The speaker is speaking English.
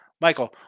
Michael